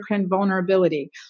vulnerability